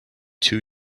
two